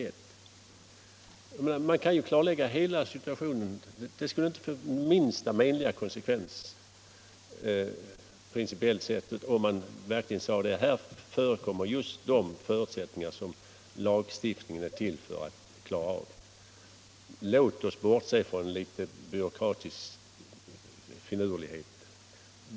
Det viktiga är ju att det går att klarlägga hela situationen, och det skulle inte få minsta menliga konsekvens principiellt sett, om man sade: Här föreligger just de förutsättningar som lagstiftningen är till för — låt oss bortse från byråkratisk finurlighet!